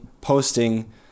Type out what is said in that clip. posting